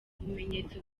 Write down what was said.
bimenyetso